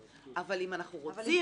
אבל אם אנחנו רוצים